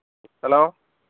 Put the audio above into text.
hello